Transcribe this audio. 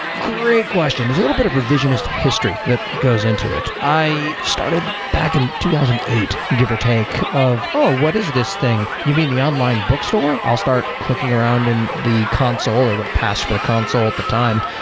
great question. there's a little bit of revision as to history that goes into it. i started back in two thousand and eight, give or take, of, oh! what is this thing? you mean the online bookstore? i'll start clicking around in the console, or what passed for the console at the time,